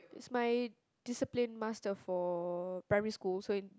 it's my discipline master for primary school so in